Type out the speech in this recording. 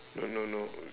no no no